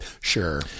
Sure